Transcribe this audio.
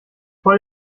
voll